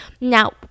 Now